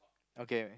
okay